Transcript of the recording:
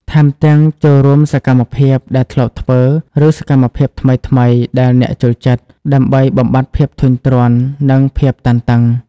ថែមទាំង ចូលរួមសកម្មភាពដែលធ្លាប់ធ្វើ ឬសកម្មភាពថ្មីៗដែលអ្នកចូលចិត្ត ដើម្បីបំបាត់ភាពធុញទ្រាន់ និងភាពតានតឹង។